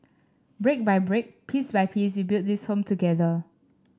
brick by brick piece by piece we build this Home together